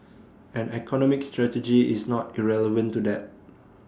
and economic strategy is not irrelevant to that